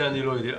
את זה אני לא יודע.